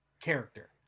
character